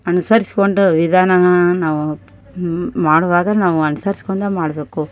ಅನುಸರಿಸ್ಕೊಂಡು ವಿಧಾನ ನಾವು ಹ್ಞೂ ಮಾಡುವಾಗ ನಾವು ಅನ್ಸರಿಸ್ಕೊಂಡು ಮಾಡಬೇಕು